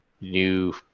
new